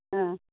आं